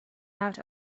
out